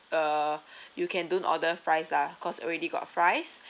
uh you can don't order fries lah cause already got fries